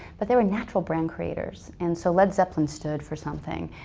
but they were natural brand creators. and so led zeppelin stood for something.